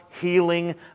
healing